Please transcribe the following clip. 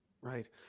Right